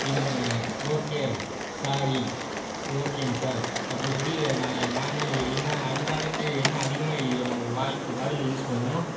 இது okay sorry ஓகேங்க sir அப்படின்னு சொல்லி நான் நானே என்ன அன்றாடக்கு என்ன அதிகமாக என்ன வாய்க்கு வாயில் யூஸ் பண்ணிணோமோ